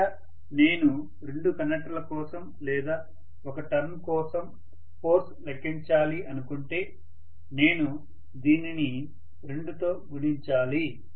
బహుశా నేను రెండు కండక్టర్ల కోసం లేదా ఒక టర్న్ కోసం ఫోర్స్ లెక్కించాలి అనుకుంటే నేను దీనిని 2తో గుణించాలి